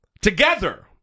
Together